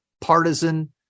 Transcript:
partisan